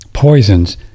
poisons